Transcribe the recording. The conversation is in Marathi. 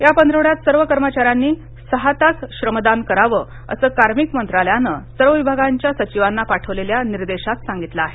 या पंधरवड्यात सर्व कर्मचाऱ्यांनी सहा तास श्रमदान करावं असं कार्मिक मंत्रालयानं सर्व विभागांच्या सचिवांना पाठवलेल्या निर्देशात सांगितलं आहे